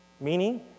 meaning